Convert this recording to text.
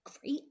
Great